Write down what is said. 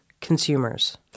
consumers